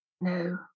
No